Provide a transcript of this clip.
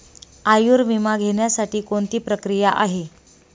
आयुर्विमा घेण्यासाठी कोणती प्रक्रिया आहे?